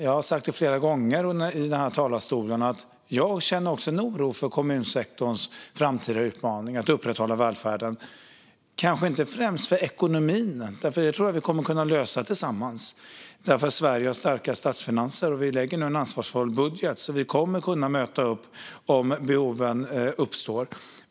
Jag har flera gånger i denna talarstol sagt att jag också känner en oro för kommunsektorns framtida utmaningar att upprätthålla välfärden, kanske inte främst för ekonomin som jag tror att vi kommer att lösa tillsammans eftersom Sverige har starka statsfinanser. Och vi har lagt fram en ansvarsfull budget så att vi kommer att kunna möta upp behov som kan uppstå.